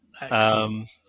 Excellent